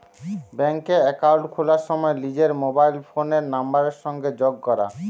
ব্যাংকে একাউল্ট খুলার সময় লিজের মবাইল ফোলের লাম্বারের সংগে যগ ক্যরা